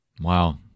Wow